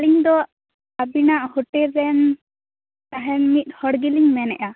ᱟᱞᱤᱝ ᱫᱚ ᱟᱵᱤᱱᱟᱜ ᱦᱳᱴᱮᱞ ᱨᱮᱱ ᱛᱟᱦᱮᱱ ᱢᱤᱫ ᱦᱚᱲ ᱜᱮᱞᱤᱝ ᱢᱮᱱᱮᱫ ᱟ